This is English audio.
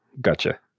Gotcha